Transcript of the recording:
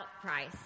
price